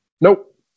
Nope